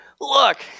look